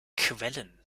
quellen